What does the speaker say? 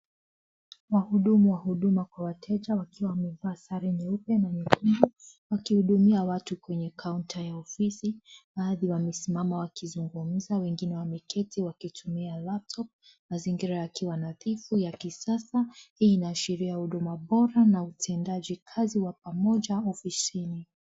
Wahudumu wa huduma kwa wateja wakiwa wamevaa sare nyeupe na nyekundu; wakihudumia watu kwenye kaunta ya ofisi. Baadhi wamesimama wakizungumza wengine wameketi wakitumia laptop ; mazingira yakiwa nadhifu ya kisasa. Hii inaashiria huduma bora na utendaji kazi wa pamoja ofisini.